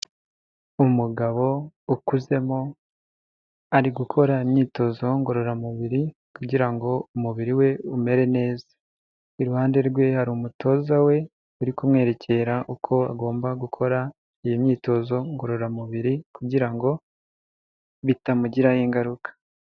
Umugabo ukuzemo ari gukora imyitozo ngororamubiri kugira ngo umubiri we umere neza. Iruhande rwe hari umutoza we uri kumwerekera uko agomba gukora iyi myitozo ngororamubiri kugira ngo bitamugiraho ingaruka.